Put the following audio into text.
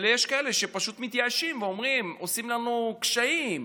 ויש כאלה שפשוט מתייאשים ואומרים: עושים לנו קשיים.